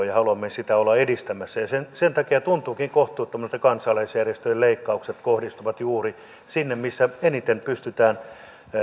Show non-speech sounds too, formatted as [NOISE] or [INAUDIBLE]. [UNINTELLIGIBLE] ja haluamme sitä olla edistämässä sen sen takia tuntuukin kohtuuttomalta että kansalaisjärjestöjen leikkaukset kohdistuvat juuri sinne missä eniten pystytään